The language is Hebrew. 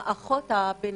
הבינלאומי.